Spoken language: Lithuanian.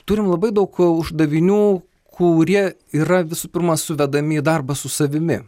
turim labai daug uždavinių kurie yra visų pirma suvedami į darbą su savimi